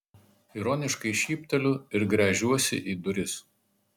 ironiškai šypteliu ir gręžiuosi į duris